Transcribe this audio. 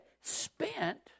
spent